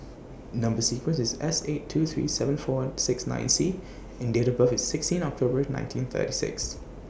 Number sequence IS S eight two three seven four six nine C and Date of birth IS sixteen October nineteen thirty six